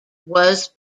was